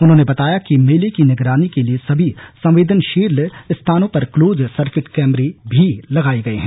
उन्होंने बताया कि मेले की निगरानी के लिए सभी संवेदनशील स्थानों पर क्लोज सर्किट कैमरे भी लगाये गए हैं